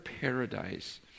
paradise